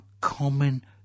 common